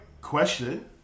question